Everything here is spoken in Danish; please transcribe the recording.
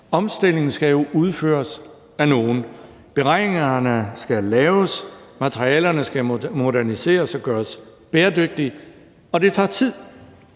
Omstillingen skal jo udføres af nogen. Beregningerne skal laves, materialerne skal moderniseres og gøres bæredygtige, og det tager tid.